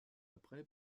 après